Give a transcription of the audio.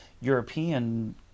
European